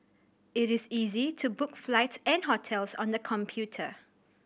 it is easy to book flights and hotels on the computer